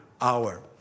hour